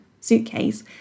suitcase